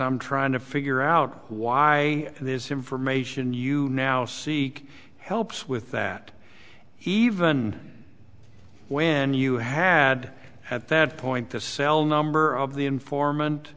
i'm trying to figure out why this information you now see helps with that he even when you had at that point the cell number of the informant